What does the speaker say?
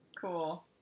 Cool